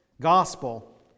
gospel